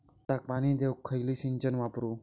भाताक पाणी देऊक खयली सिंचन वापरू?